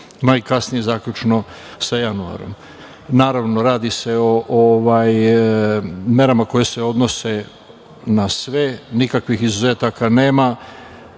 najkasnije zaključno sa januarom. Naravno, radi se o merama koje se odnose na sve. Nikakvih izuzetaka nema.